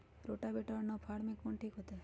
Rotavator और नौ फ़ार में कौन ठीक होतै?